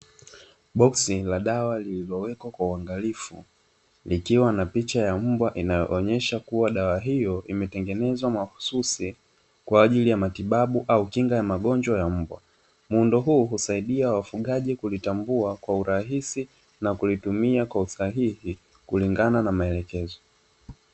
Boksi la dawa lililowekwa kwa uangalifu, likiwa na picha ya mbwa inayoonyesha kuwa dawa hiyo imetengenezwa mahususi kwa ajili ya matibabu au kinga ya magonjwa ya mbwa. Muundo huu husaidia wafugaji kulitambua kwa urahisi na kulitumia kwa usahihi kulingana na maelekezo.